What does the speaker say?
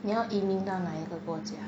你要移民到哪个国家